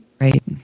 Right